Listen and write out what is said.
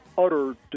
utter